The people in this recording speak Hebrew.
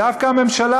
דווקא הממשלה,